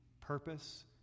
purpose